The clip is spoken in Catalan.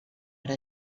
però